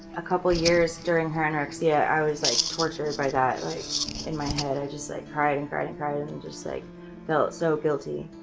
a couple of years during her anorexia i was like, tortured by that like in my head i just like cried, and cried, and cried. and and just like felt so guilty,